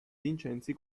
vincenzi